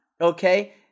Okay